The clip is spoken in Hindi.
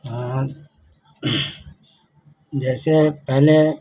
हाँ जैसे पहले